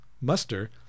muster